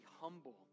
humble